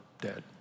dead